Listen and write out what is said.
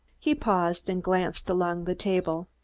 he paused and glanced along the table.